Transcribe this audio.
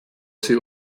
sie